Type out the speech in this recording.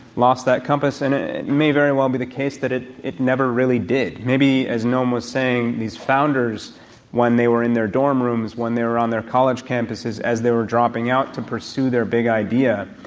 lost that compass and it may very well be the case that it it never really did. maybe, as noam was saying, these founders when they were in their dorm rooms, when they were on their college campuses as they were dropping out to pursue their big idea,